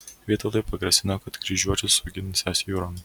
vytautui pagrasino kad kryžiuočius suginsiąs jūron